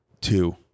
two